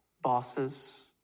bosses